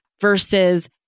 versus